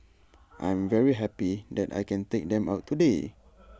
I'm very happy that I can take them out today